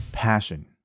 passion